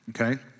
okay